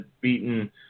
beaten